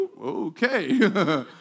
okay